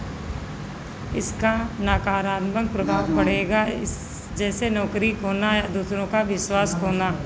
इसका नकारात्मक प्रभाव पड़ेगा जैसे नौकरी खोना या दूसरों का विश्वास खोना